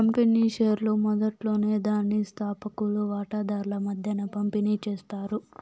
company షేర్లు మొదట్లోనే దాని స్తాపకులు వాటాదార్ల మద్దేన పంపిణీ చేస్తారు